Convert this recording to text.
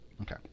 Okay